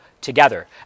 together